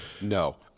No